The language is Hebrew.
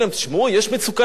יש מצוקה למדינה,